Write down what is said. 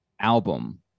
album